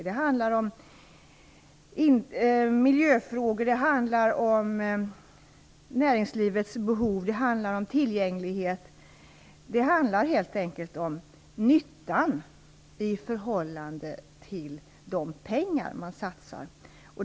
Det handlar om miljöfrågor, om näringslivets behov och om tillgänglighet. Det handlar helt enkelt om nyttan i förhållande till de pengar som man satsar.